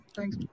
Thanks